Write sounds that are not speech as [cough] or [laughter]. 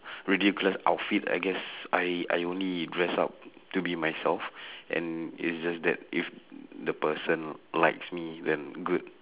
[breath] ridiculous outfit I guess I I only dress up to be myself [breath] and it's just that if [noise] the person likes me then good